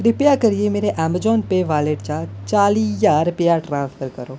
किरपा करियै मेरे ऐमजान पेऽ वालेट चा चाली ज्हार रपेआ ट्रांसफर करो